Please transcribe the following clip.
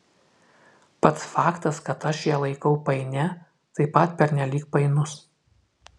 pats faktas kad aš ją laikau painia taip pat pernelyg painus